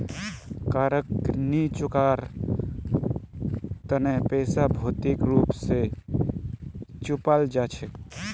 कारक नी चुकवार तना पैसाक भौतिक रूप स चुपाल जा छेक